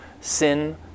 Sin